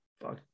fuck